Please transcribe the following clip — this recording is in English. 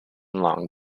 long